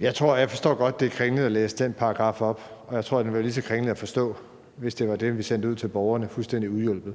Jeg forstår godt, at det var kringlet at læse den paragraf op, og jeg tror, at det ville være lige så kringlet at forstå, hvis det var det, vi sendte ud til borgerne, fuldstændig uhjulpet.